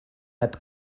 heb